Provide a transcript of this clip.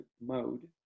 mode